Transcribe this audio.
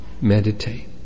meditate